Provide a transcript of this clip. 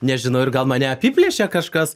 nežinau ir gal mane apiplėšė kažkas